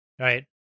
right